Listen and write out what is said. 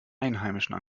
einheimischen